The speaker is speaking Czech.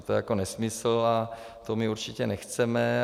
To je nesmysl a to my určitě nechceme.